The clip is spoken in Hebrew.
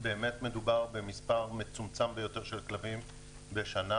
באמת מדובר במספר מצומצם ביותר של כלבים בשנה,